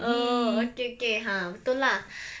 oh okay okay ha betul lah